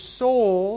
soul